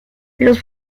los